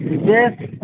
जी